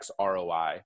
ROI